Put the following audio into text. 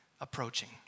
approaching